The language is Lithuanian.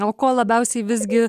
o ko labiausiai visgi